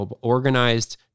organized